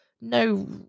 no